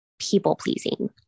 people-pleasing